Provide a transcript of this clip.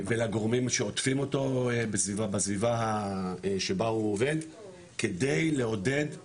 ולגורמים שעוטפים אותו בסביבה שבה הוא עובד כדי לעודד דיווח.